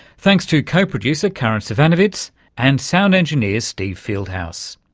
thanks to co-producer karin zsivanovits and sound engineer steve fieldhouse.